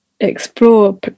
explore